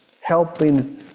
helping